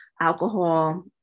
alcohol